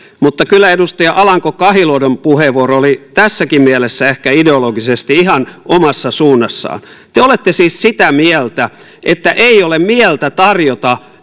mutta kyllä edustaja alanko kahiluodon puheenvuoro oli tässäkin mielessä ehkä ideologisesti ihan omassa suunnassaan te te olette siis sitä mieltä että ei ole mieltä tarjota